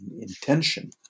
intention